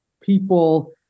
people